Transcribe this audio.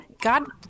God